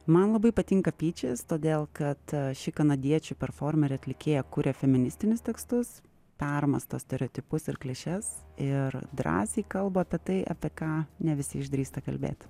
man labai patinka pyčis todėl kad ši kanadiečių performerė atlikėja kuria feministinius tekstus permąsto stereotipus ir klišes ir drąsiai kalba apie tai apie ką ne visi išdrįsta kalbėt